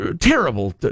terrible